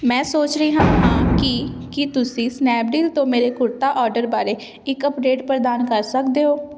ਮੈਂ ਸੋਚ ਰਿਹਾ ਹਾਂ ਕਿ ਕੀ ਤੁਸੀਂ ਸਨੈਪਡੀਲ ਤੋਂ ਮੇਰੇ ਕੁਰਤਾ ਆਰਡਰ ਬਾਰੇ ਇੱਕ ਅਪਡੇਟ ਪ੍ਰਦਾਨ ਕਰ ਸਕਦੇ ਹੋ